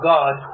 God